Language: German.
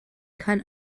kann